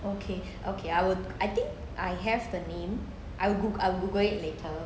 okay okay I would I think I have the name I will google I will google it later